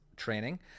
Training